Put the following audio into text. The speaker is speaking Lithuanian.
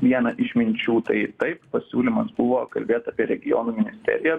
vieną iš minčių tai taip pasiūlymas buvo kalbėt apie regionų ministeriją